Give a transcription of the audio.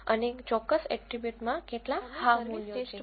અને ચોક્કસ એટ્રીબ્યુટમાં કેટલા હા મૂલ્યો છે તે આપે છે